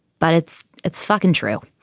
but it's it's fucking true.